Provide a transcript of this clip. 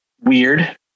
weird